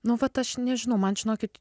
nu vat aš nežinau man žinokit